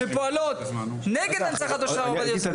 שפועלות נגד הנצחתו של הרב עובדיה יוסף.